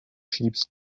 ships